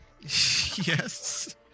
Yes